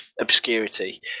obscurity